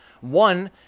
One